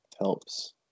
helps